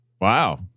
Wow